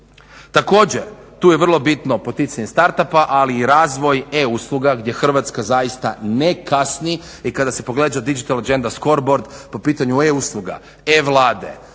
Također, tu je vrlo bitno poticanje start up-a, ali i razvoj e-usluga gdje Hrvatska zaista ne kasni i kada se pogleda digital agenda scoreboard po pitanju e-usluga, e-vlade,